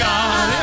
God